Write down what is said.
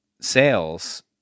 sales